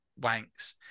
wanks